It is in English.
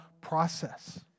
process